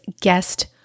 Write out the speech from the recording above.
guest